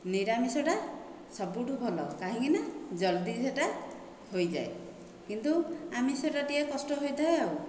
ନିରାମିଷଟା ସବୁଠାରୁ ଭଲ କାହିଁକିନା ଜଲ୍ଦି ସେଇଟା ହୋଇଯାଏ କିନ୍ତୁ ଆମିଷଟା ଟିକିଏ କଷ୍ଟ ହୋଇଥାଏ ଆଉ